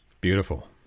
Beautiful